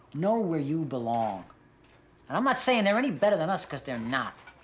know where you belong. and i'm not saying they're any better than us, cause they're not.